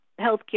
healthcare